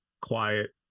quiet